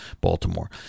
Baltimore